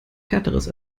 härteres